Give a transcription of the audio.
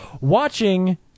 watching